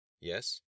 Yes